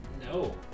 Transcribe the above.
No